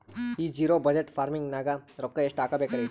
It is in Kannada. ಈ ಜಿರೊ ಬಜಟ್ ಫಾರ್ಮಿಂಗ್ ನಾಗ್ ರೊಕ್ಕ ಎಷ್ಟು ಹಾಕಬೇಕರಿ?